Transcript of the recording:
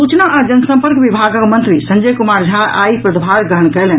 सूचना आ जनसंपर्क विभागक मंत्री संजय कुमार झा आइ पदभार ग्रहण कयलनि